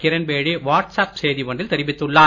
Kiran Bedi WhatsApp செய்தி ஒன்றில் தெரிவித்துள்ளார்